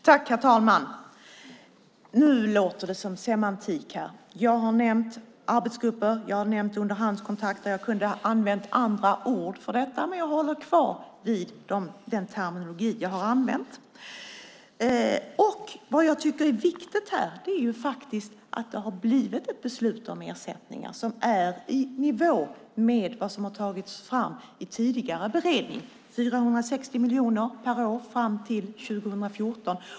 Herr talman! Nu låter det som semantik. Jag har nämnt arbetsgrupper. Jag har nämnt underhandskontakter. Jag kunde ha använt andra ord för detta, men jag håller fast vid den terminologi jag har använt. Det jag tycker är viktigt här är faktiskt att det har blivit ett beslut om ersättningar som är i nivå med det som har tagits fram i tidigare beredning, 460 miljoner per år fram till 2014.